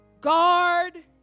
guard